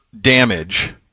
damage